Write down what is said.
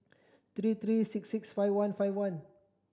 three three six six five one five one